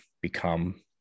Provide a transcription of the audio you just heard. become